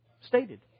stated